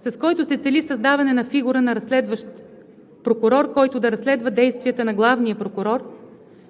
с който се цели създаване на фигурата на разследващ прокурор, който да разследва действията на главния прокурор,